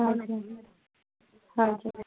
हाँ जी हाँ जी